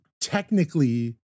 technically